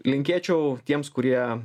linkėčiau tiems kurie